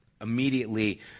immediately